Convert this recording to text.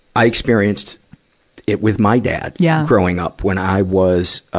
i experienced it with my dad yeah growing up, when i was, ah,